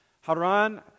Haran